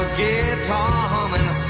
guitar-humming